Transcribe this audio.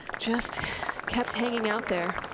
just kept hanging out there.